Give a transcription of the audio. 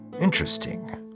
Interesting